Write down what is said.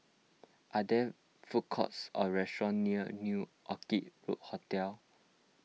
are there food courts or restaurants near New Orchid Hotel